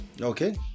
Okay